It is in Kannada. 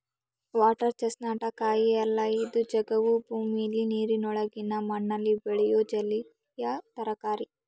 ವಾಟರ್ ಚೆಸ್ನಟ್ ಕಾಯಿಯೇ ಅಲ್ಲ ಇದು ಜವುಗು ಭೂಮಿಲಿ ನೀರಿನೊಳಗಿನ ಮಣ್ಣಲ್ಲಿ ಬೆಳೆಯೋ ಜಲೀಯ ತರಕಾರಿ